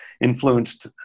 influenced